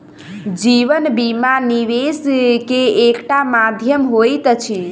जीवन बीमा, निवेश के एकटा माध्यम होइत अछि